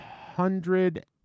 hundred